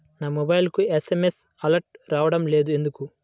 నా మొబైల్కు SMS alerts రావడం లేదు ఎందుకు?